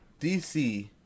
DC